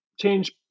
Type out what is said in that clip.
change